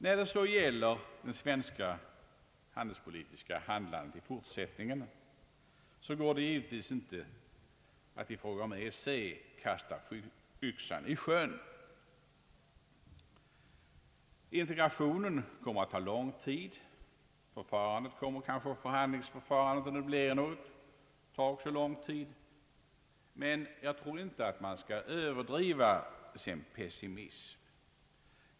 När det så gäller det svenska handelspolitiska handlandet i fortsättningen går det givetvis inte att i fråga om EEC kasta yxan i sjön. Integrationen kommer att ta lång tid. Förhandlingsförfarandet, om det blir något, kommer också att ta lång tid, men jag tror inte att man skall överdriva pessimismen.